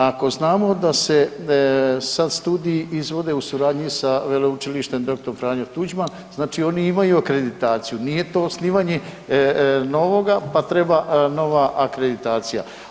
Ako znamo da se sad studiji izvode u suradnji sa Veleučilištem „Dr. Franjo Tuđman“, znači oni imaju akreditaciju, nije to osnivanje novoga, pa treba nova akreditacija.